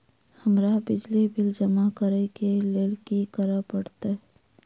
हमरा बिजली बिल जमा करऽ केँ लेल की करऽ पड़त?